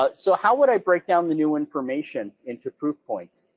ah so how would i break down the new information into proof points?